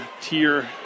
tier